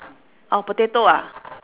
orh potato ah